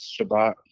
shabbat